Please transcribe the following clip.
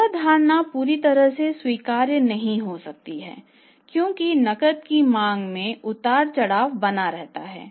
यह धारणा पूरी तरह से स्वीकार्य नहीं हो सकती है क्योंकि नकद की मांग में उतार चढ़ाव बना रहता है